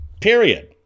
Period